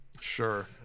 Sure